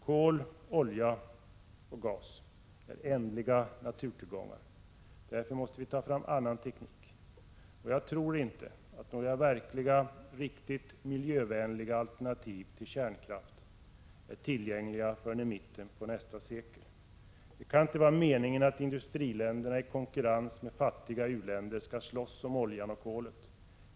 Kol, olja och gas är ändliga naturtillgångar. Därför måste vi ta fram annan teknik. Och jag tror inte att några verkliga, riktigt miljövänliga alternativ till kärnkraft är tillgängliga förrän i mitten av nästa sekel. Det kan inte vara meningen att industriländerna i konkurrens med fattiga u-länder skall slåss om oljan och kolet.